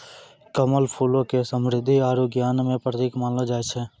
कमल फूल के समृद्धि आरु ज्ञान रो प्रतिक मानलो जाय छै